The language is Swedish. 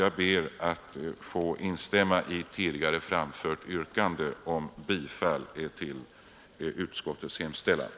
Jag ber att få instämma i tidigare framfört yrkande om bifall till utskottets hemställan.